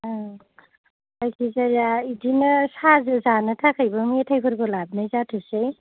औ जायखिजाया बिदिनो साहाजों जानो थाखायबो मेथाइफोरबो लाबोनाय जाथोंसै